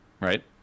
right